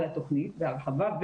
על התוכנית בהרחבה,